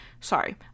Sorry